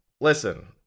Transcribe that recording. listen